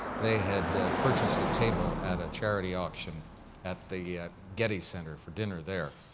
they had purchased a table at a charity auction at the getty center for dinner there.